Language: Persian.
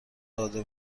داده